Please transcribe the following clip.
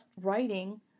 writing